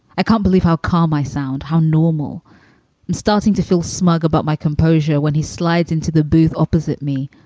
i can't believe how calm i sound, how normal. i'm starting to feel smug about my composure when he slides into the booth opposite me,